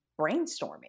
brainstorming